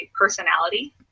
personality